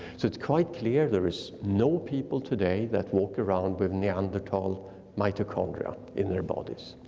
it's it's quite clear there is no people today that walk around with neanderthal mitochondria in their bodies.